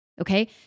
okay